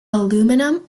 aluminium